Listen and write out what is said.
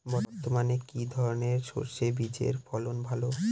বর্তমানে কি ধরনের সরষে বীজের ফলন ভালো?